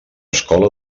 escola